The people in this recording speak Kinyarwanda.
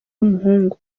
w’umuhungu